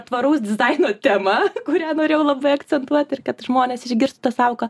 tvaraus dizaino tema kurią norėjau labai akcentuot ir kad žmonės išgirstų tą sąvoką